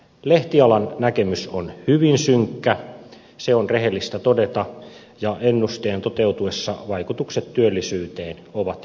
lehtialan näkemys on hyvin synkkä se on rehellistä todeta ja ennusteen toteutuessa vaikutukset työllisyyteen ovat ilmeisiä